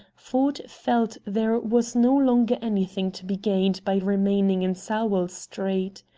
ford felt there was no longer anything to be gained by remaining in sowell street.